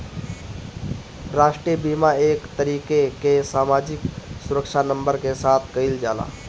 राष्ट्रीय बीमा एक तरीके कअ सामाजिक सुरक्षा नंबर के साथ कइल जाला